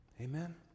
Amen